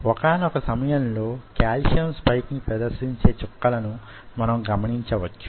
ఒకానొక సమయంలో calcium spike ని ప్రదర్శించే చుక్కలను మనము గమనించవచ్చు